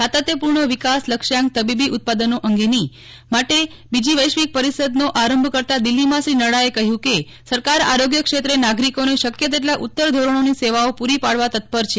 સાતત્યપૂર્ણ વિકાસ લક્ષયાંક તબીબી ઉત્પાદનો અંગેની માટે બીજી વૈશ્વિક પરિષદનો આરંભ કરતાં દિલ્હીમાં શ્રી નડ્ડાએ કહ્યું કેસરકાર આરોગ્ય ક્ષેત્રે નાગરિકોને શક્ય તેટલા ઉત્તર ધોરણોની સેવાઓ પૂરી પાડવા તત્પર છે